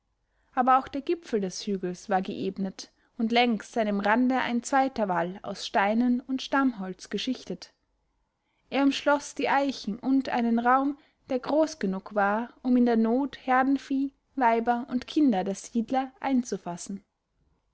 aber auch der gipfel des hügels war geebnet und längs seinem rande ein zweiter wall aus steinen und stammholz geschichtet er umschloß die eichen und einen raum der groß genug war um in der not herdenvieh weiber und kinder der siedler einzufassen